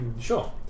Sure